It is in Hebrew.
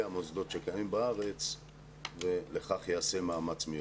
המוסדות שקיימים בארץ ולכך ייעשה מאמץ מיוחד.